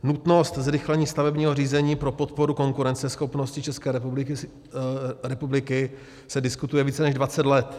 Nutnost zrychlení stavebního řízení pro podporu konkurenceschopnosti České republiky se diskutuje více než 20 let.